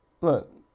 Look